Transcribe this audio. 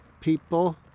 people